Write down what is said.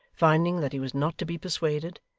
finding that he was not to be persuaded,